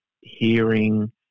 hearing